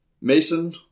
Mason